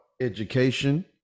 education